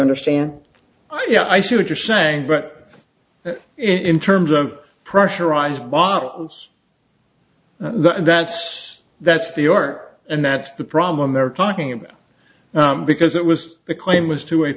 understand i see what you're saying but in terms of pressurized bottoms that's that's the york and that's the problem they're talking about because it was the claim was to a